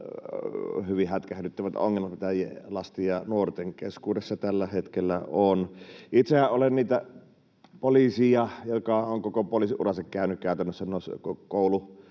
hyvin hätkähdyttävät ongelmat, mitä lasten ja nuorten keskuudessa tällä hetkellä on. Itsehän olen niitä poliiseja, joka on käytännössä koko poliisiuransa käynyt noissa koululuokissa